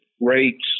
rates